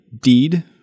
deed